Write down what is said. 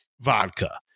vodka